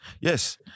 Yes